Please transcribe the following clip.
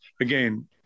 again